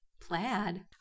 Plaid